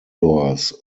doors